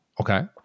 Okay